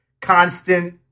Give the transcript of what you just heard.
constant